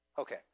Okay